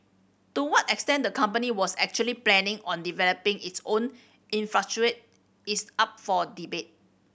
to what extent the company was actually planning on developing its own infrastructure is up for debate